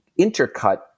intercut